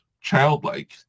childlike